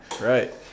right